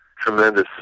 tremendous